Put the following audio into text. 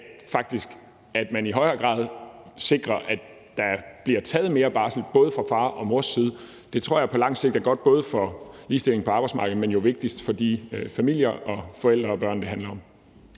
faktisk i højere grad sikrer, at der bliver taget mere barsel fra både fars og mors side. Det tror jeg på lang sigt er godt, både for ligestillingen på arbejdsmarkedet, men også og jo vigtigst for de familier, forældre og børn, det handler om.